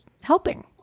helping